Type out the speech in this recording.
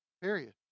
Period